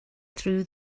through